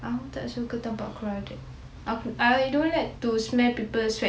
aku tak suka tempat crowded I don't like smelling people's sweat